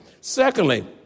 Secondly